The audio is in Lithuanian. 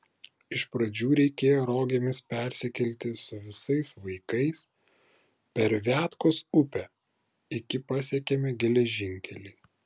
iš pradžių reikėjo rogėmis persikelti su visais vaikais per viatkos upę iki pasiekėme geležinkelį